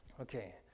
Okay